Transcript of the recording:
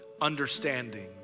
understanding